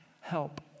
help